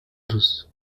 douce